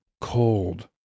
cold